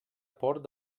port